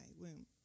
womb